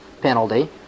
penalty